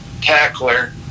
tackler